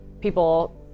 people